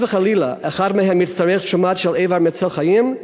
וחלילה אחד מהם יצטרך תרומה של איבר כדי להציל חיים,